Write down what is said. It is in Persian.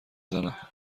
زنم